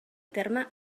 terme